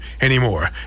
anymore